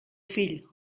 fill